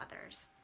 others